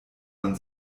man